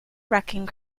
wrecking